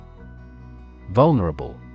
Vulnerable